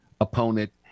opponent